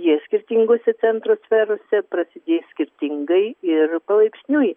jie skirtingose centro sferose prasidės skirtingai ir palaipsniui